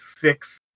fix